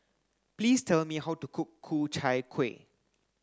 please tell me how to cook Ku Chai Kuih